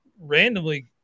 randomly